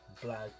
black